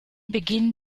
beginn